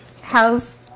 How's